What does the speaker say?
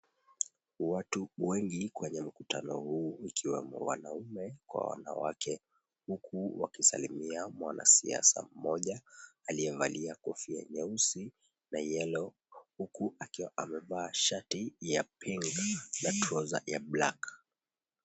Watu wengi kwenye mkutano huu ikiwemo wanaume kwa wanawake huku wakisalimia mwanasiasa mmoja aliyevalia kofia nyeusi na yellow huku akiwa amevaa shati ya pink na [𝑐𝑠]trouser[𝑐𝑠] ya black .